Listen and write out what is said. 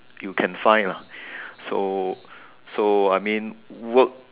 you can find lah so so I mean work